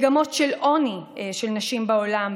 וגם מגמות של עוני של נשים בעולם,